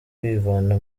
kwivana